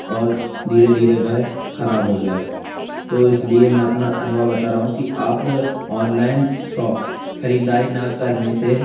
और धीरे धीरे वह खराब हो गया तो इसलिए मैं अपना अनुभव बता रहा हूँ कि आप औनलाइन खरीदारी ना करने से